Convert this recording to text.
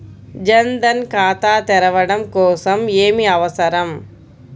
జన్ ధన్ ఖాతా తెరవడం కోసం ఏమి అవసరం?